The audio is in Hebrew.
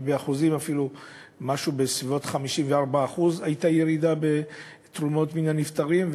ובאחוזים אפילו הייתה ירידה של כ-54% בתרומות מן הנפטרים,